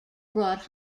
brought